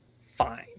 Fine